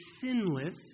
sinless